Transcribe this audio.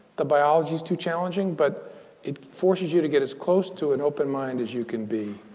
the biology is too challenging. but it forces you to get as close to an open mind as you can be.